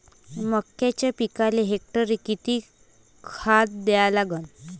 मक्याच्या पिकाले हेक्टरी किती खात द्या लागन?